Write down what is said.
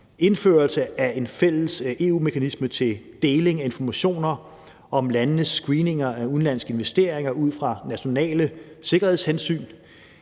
indførelse af en fælles EU-mekanisme til deling af informationer om landenes screeninger af udenlandske investeringer ud fra nationale sikkerhedshensyn.